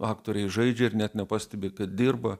aktoriai žaidžia ir net nepastebi kad dirba